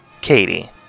Katie